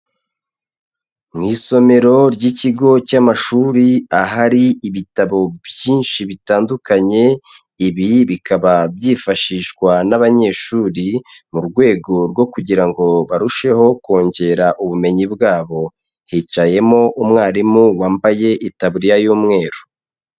Mu isomero ry'ikigo cy'amashuri, ahari ibitabo byinshi bitandukanye. Ibi bikaba byifashishwa n'abanyeshuri mu rwego rwo kugira ngo barusheho kongera ubumenyi bwabo. Hicayemo umwarimu wambaye itaburiya y'umweru.